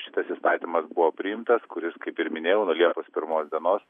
šitas įstatymas buvo priimtas kuris kaip ir minėjau nuo liepos pirmos dienos